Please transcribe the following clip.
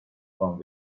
from